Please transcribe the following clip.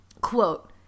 Quote